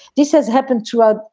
this has happened to us.